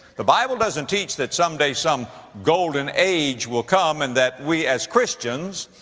the bible doesn't teach that someday some golden age will come and that we, as christians,